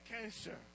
cancer